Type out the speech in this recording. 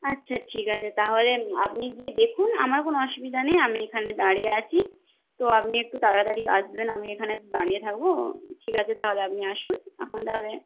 আচ্ছা ঠিক আছে তাহলে আপনি গিয়ে দেখুন আমার কোনো অসুবিধা নেই আমি এখানে দাঁড়িয়ে আছি তো আপনি একটু তাড়াতাড়ি আসবেন আমি এখানে দাঁড়িয়ে থাকবো ঠিক আছে তাহলে আপনি আসুন এখন তাহলে